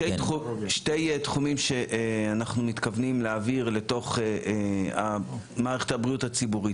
שני תחומים שאנחנו מתכוונים להעביר לתוך מערכת הבריאות הציבורית,